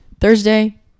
thursday